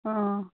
ਹਾਂ